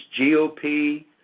GOP